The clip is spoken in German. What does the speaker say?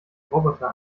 roboter